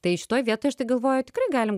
tai šitoj vietoj aš tai galvoju tikrai galim